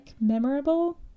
memorable